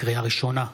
לקריאה ראשונה,